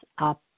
up